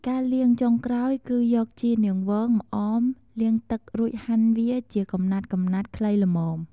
ការលាងចុងក្រោយគឺយកជីរនាងវង ម្អម លាងទឹករួចហាន់វាជាកំណាត់ៗខ្លីល្មម ។